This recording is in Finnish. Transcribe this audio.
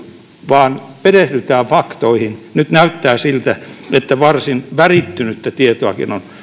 vaan perehdytään faktoihin nyt näyttää siltä että varsin värittynyttäkin tietoa on